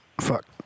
Fuck